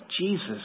Jesus